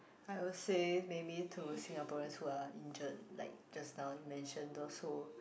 I would say maybe to Singaporeans who are injured like just now you mention those who